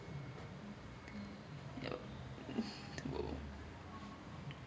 yup !wow!